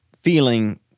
feeling